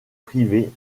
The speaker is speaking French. privées